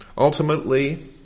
Ultimately